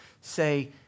say